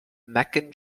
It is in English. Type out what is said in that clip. meccan